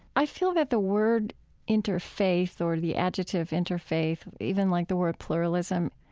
i feel that the word interfaith or the adjective interfaith, even like the word pluralism,